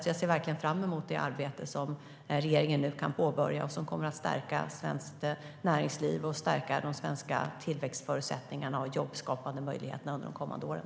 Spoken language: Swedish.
Jag ser verkligen fram emot det arbete som regeringen nu kan påbörja och som kommer att stärka svenskt näringsliv och stärka de svenska tillväxtförutsättningarna och jobbskapande möjligheterna under de kommande åren.